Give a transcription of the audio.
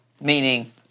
meaning